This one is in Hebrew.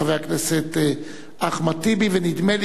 חברת הכנסת שמאלוב-ברקוביץ תעלה ותבוא להציג